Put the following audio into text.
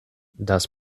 das